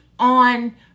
on